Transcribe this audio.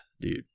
dude